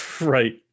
Right